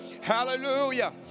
Hallelujah